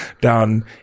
down